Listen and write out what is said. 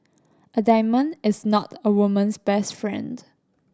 a diamond is not a woman's best friend